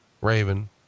Raven